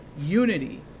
Unity